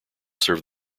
serve